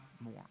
more